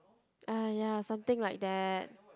ah ya something like that